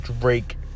Drake